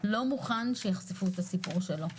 לא מוכן שיחשפו את הסיפור שלו.